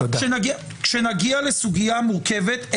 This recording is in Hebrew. כשנגיע לסוגיה מורכבת,